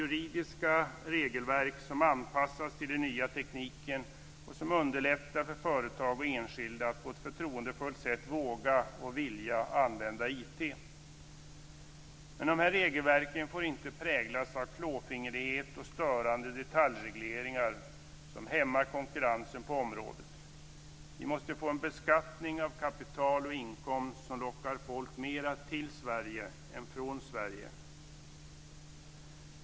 Men dessa regelverk får inte präglas av klåfingrighet och störande detaljregleringar som hämmar konkurrensen på området.